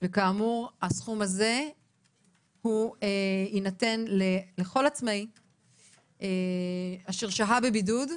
וכאמור הסכום הזה יינתן לכל עצמאי אשר שהה בבידוד.